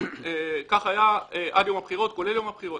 כך היה עד יום הבחירות כולל יום הבחירות.